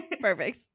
perfect